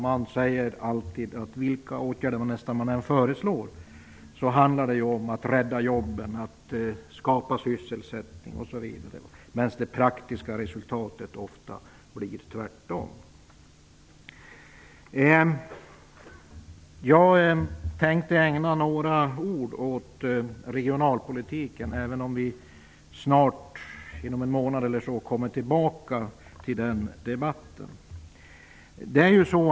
Man säger alltid, nästan oavsett vilka åtgärder man föreslår, att det handlar om att rädda jobben, skapa sysselsättning osv. Men det praktiska resultatet blir ofta det motsatta. Jag tänkte ägna några ord åt regionalpolitiken, även om vi snart, inom en månad eller så, kommer tillbaka till den debatten.